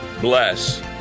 bless